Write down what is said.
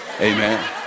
Amen